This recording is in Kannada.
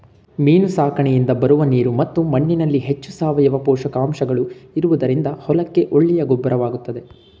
ಮೀನು ಸಾಕಣೆಯಿಂದ ಬರುವ ನೀರು ಮತ್ತು ಮಣ್ಣಿನಲ್ಲಿ ಹೆಚ್ಚು ಸಾವಯವ ಪೋಷಕಾಂಶಗಳು ಇರುವುದರಿಂದ ಹೊಲಕ್ಕೆ ಒಳ್ಳೆಯ ಗೊಬ್ಬರವಾಗುತ್ತದೆ